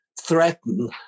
threaten